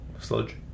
Sludge